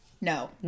No